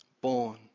born